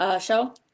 show